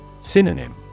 Synonym